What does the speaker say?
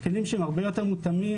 כלים שהם הרבה יותר מותאמים.